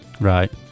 right